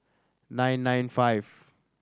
nine nine five